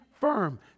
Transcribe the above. firm